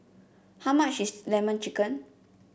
how much is lemon chicken